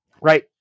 Right